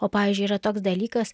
o pavyzdžiui yra toks dalykas